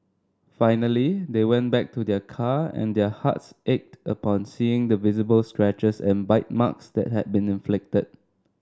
finally they went back to their car and their hearts ached upon seeing the visible scratches and bite marks that had been inflicted